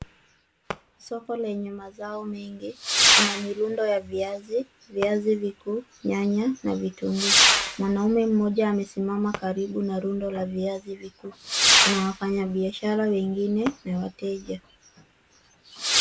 Soko lenye mazao mengi. Kuna mirundo ya viazi, viazi vikuu, nyanya na vitunguu. Mwanaume mmoja amesimama karibu na rundo la viazi vikuu. Kuna wafanyabiashara wengine na wateja.